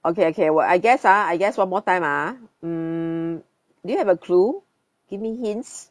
okay okay well I guess ah I guess one more time ah mm do you have a clue give me hints